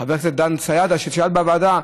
חבר הכנסת דן סידה ששאל בוועדה: